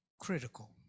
critical